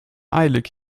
eilig